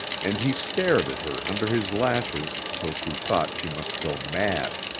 and he stared at her under his lashes till she thought she must go mad.